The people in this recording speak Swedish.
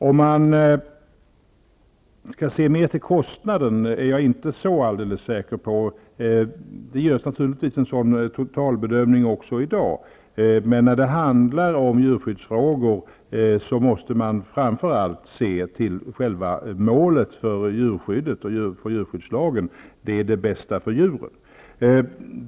Herr talman! Jag är inte så säker på om vi skall se mer på kostnaden. Det görs naturligtvis en totalbedömning även i dag. Men när vi talar om djurskyddsfrågor, måste i första hand ses till målet för djurskyddet och djurskyddslagen, nämligen det bästa för djuren.